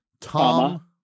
tom